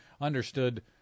understood